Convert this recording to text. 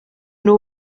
nhw